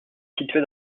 situé